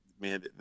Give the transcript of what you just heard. man